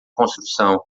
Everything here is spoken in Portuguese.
construção